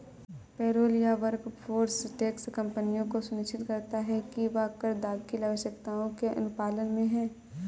payroll या workforce tax कंपनियों को सुनिश्चित करता है कि वह कर दाखिल आवश्यकताओं के अनुपालन में है